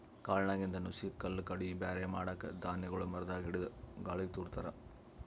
ಕಾಳ್ನಾಗಿಂದ್ ನುಸಿ ಕಲ್ಲ್ ಕಡ್ಡಿ ಬ್ಯಾರೆ ಮಾಡಕ್ಕ್ ಧಾನ್ಯಗೊಳ್ ಮರದಾಗ್ ಹಿಡದು ಗಾಳಿಗ್ ತೂರ ತಾರ್